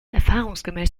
erfahrungsgemäß